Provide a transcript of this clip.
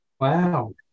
Wow